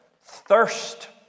thirst